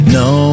no